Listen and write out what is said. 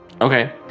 Okay